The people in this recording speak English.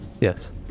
Yes